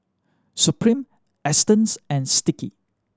Supreme Astons and Sticky